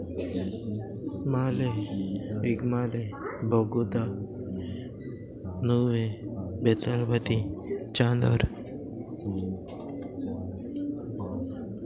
Mollem Bogmalo Bogda Nuvem Betalbatim Chandor